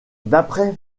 d’après